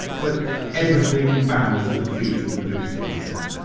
but everything bows at the feet of the boosted nissan.